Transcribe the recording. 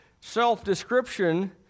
self-description